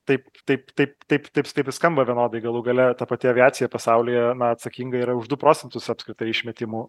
taip taip taip taip taip taip ir skamba vienodai galų gale ta pati aviacija pasaulyje na atsakinga yra už du procentus apskritai išmetimų